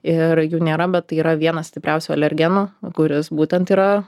ir jų nėra bet tai yra vienas stipriausių alergenų kuris būtent yra